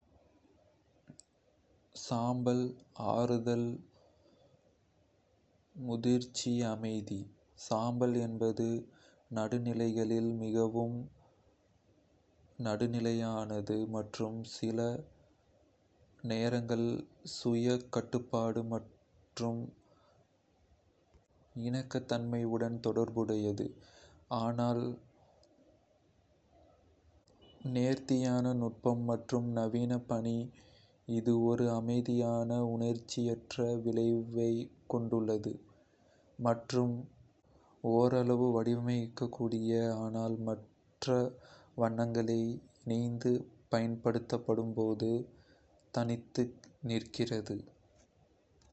சாம்பல் ஆறுதல், முதிர்ச்சி, அமைதி சாம்பல் என்பது நடுநிலைகளில் மிகவும் நடுநிலையானது மற்றும் சில நேரங்களில் சுய கட்டுப்பாடு அல்லது இணக்கத்தன்மையுடன் தொடர்புடையது, ஆனால் நேர்த்தியான நுட்பம் மற்றும் நவீன பாணி. இது ஒரு அமைதியான, உணர்ச்சியற்ற விளைவைக் கொண்டுள்ளது மற்றும் ஓரளவு வடிகட்டக்கூடியது, ஆனால் மற்ற வண்ணங்களை இணைந்து பயன்படுத்தும்போது தனித்து நிற்கிறது.